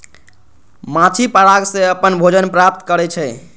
माछी पराग सं अपन भोजन प्राप्त करै छै